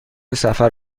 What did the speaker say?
سفر